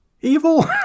evil